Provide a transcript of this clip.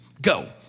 Go